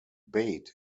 bait